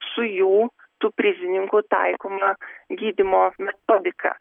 su jų tų prizininkų taikoma gydymo metodika